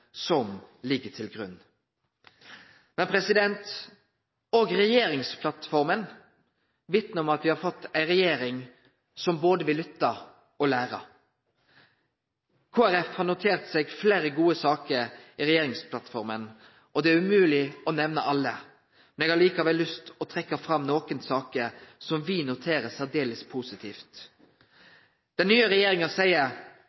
som ligg til grunn. Òg regjeringsplattforma vitnar om at me har fått ei regjering som vil både lytte og lære. Kristeleg Folkpearti har notert seg fleire gode saker i regjeringsplattforma, og det er umogleg å nemne alle. Eg har likevel lyst til å trekkje fram nokre saker som me ser særdeles positivt på. Den nye regjeringa seier: